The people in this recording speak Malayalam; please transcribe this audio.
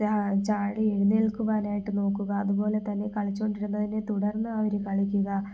ചാടി എഴുനേൽക്കുവാനായിട്ട് നോക്കുക അതുപോലെ തന്നെ കളിച്ചോണ്ടിരുന്നതിനെ തുടർന്ന് അവർ കളിക്കുക